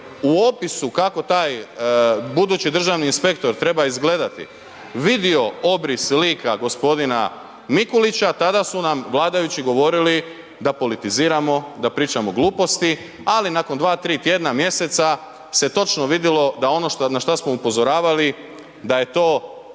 u opisu kako taj budući državni inspektor treba izgledati vidio obris lika gospodina Mikulića tada su nam vladajući govorili da politiziramo, da pričamo gluposti, ali nakon 2, 3 tjedna, mjeseca se točno vidjelo da ono na šta smo upozoravali da je to